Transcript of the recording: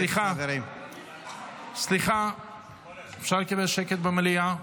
סליחה, אפשר לקבל שקט במליאה?